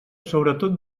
sobretot